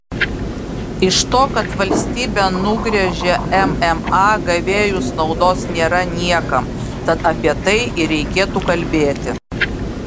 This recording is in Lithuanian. iš to kad valstybė nugręžia mma gavėjus naudos nėra niekam tad apie tai ir reikėtų kalbėti